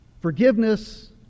Forgiveness